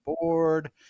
board